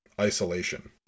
isolation